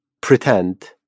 pretend